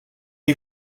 est